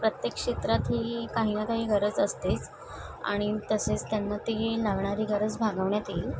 प्रत्येक क्षेत्रात ही काही ना काही गरज असतेच आणि तसेच त्यांना ती लावणारी गरज भागवण्यात येईल